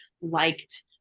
liked